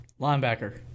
Linebacker